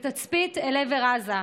בתצפית אל עבר עזה,